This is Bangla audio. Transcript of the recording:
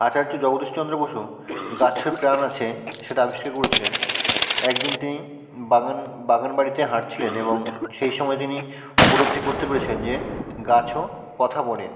আচার্য জগদীশ চন্দ্র বসু গাছের প্রাণ আছে সেটা আবিষ্কার করেছিলেন একদিন তিনি বাগান বাগান বাড়িতে হাঁটছিলেন এবং সেই সময় তিনি উপলব্ধি করতে পেরেছিলেন যে গাছও কথা বলে